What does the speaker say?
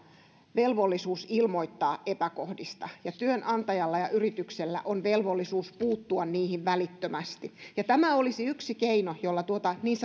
velvollisuus ilmoittaa epäkohdista ja työnantajalla ja yrityksellä on velvollisuus puuttua niihin välittömästi tämä olisi yksi keino jolla tuota niin